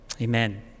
Amen